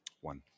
One